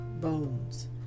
bones